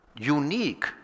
unique